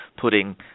putting